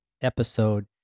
episode